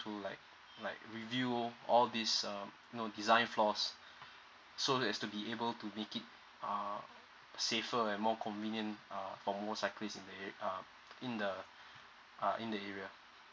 to like like review all these um no design floors so that is to be able to make it uh safer and more convenient uh for motorcyclist in the area uh in the uh in the area